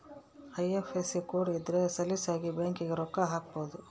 IFSC code ಇದ್ರ ಸಲೀಸಾಗಿ ಬ್ಯಾಂಕಿಗೆ ರೊಕ್ಕ ಹಾಕ್ಬೊದು